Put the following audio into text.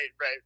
right